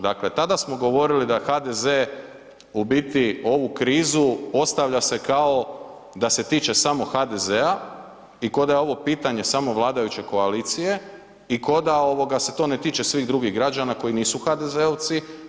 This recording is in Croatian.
Dakle, tada smo govorili da HDZ u biti ovu krizu postavlja se kao da se tiče samo HDZ-a i ko da je ovo pitanje samo vladajuće koalicije i ko da ovoga se to ne tiče svih drugih građana koji nisu HDZ-ovci.